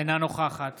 אינה נוכחת